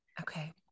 Okay